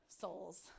souls